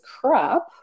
crap